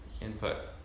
input